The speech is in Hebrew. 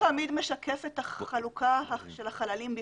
היתר הבנייה לא תמיד משקף את החלוקה של החללים בפנים.